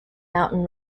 mountain